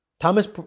Thomas